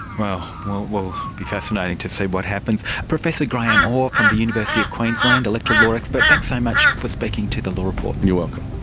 will will be fascinating to see what happens. professor graeme orr from the university of queensland, electoral law expert, thanks so much for speaking to the law report. and you're welcome.